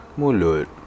mulut